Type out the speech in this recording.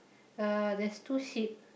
uh there's two sheep